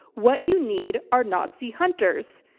what you need are nazi hunters.